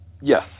Yes